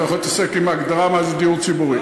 אתה יכול להתעסק עם ההגדרה מה זה דיור ציבורי.